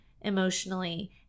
emotionally